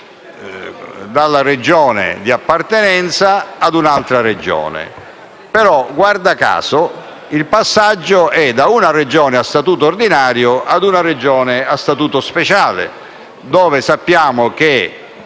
dalla Regione di appartenenza a un'altra Regione,